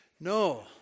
No